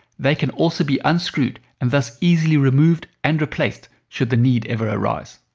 they can also be unscrewed and thus easily removed and replaced should the need ever arise.